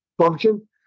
function